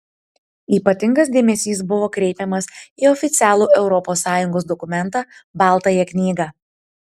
ypatingas dėmesys buvo kreipiamas į oficialų europos sąjungos dokumentą baltąją knygą